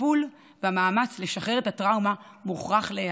הטיפול והמאמץ לשחרר את הטראומה מוכרח להיעשות.